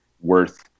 worth